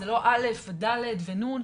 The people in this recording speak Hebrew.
זה לא א' ו-ד' ו-נ',